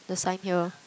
the sign here